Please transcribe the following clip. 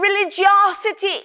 religiosity